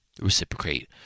reciprocate